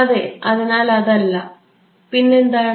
അതെ അതിനാൽ അതല്ല പിന്നെന്താണ്